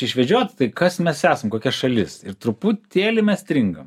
išvedžiot tai kas mes esam kokia šalis ir truputėlį mes stringam